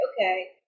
okay